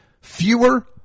Fewer